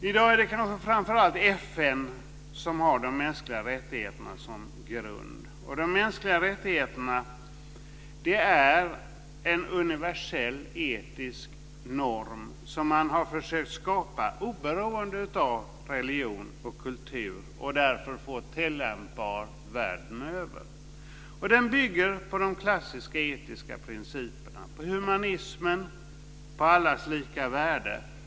I dag är det kanske framför allt FN som har de mänskliga rättigheterna som grund. De mänskliga rättigheterna är en universell etisk norm som man har försökt skapa oberoende av religion och kultur och därför är tillämpbar världen över. Den bygger på de klassiska etiska principerna om humanismen och allas lika värde.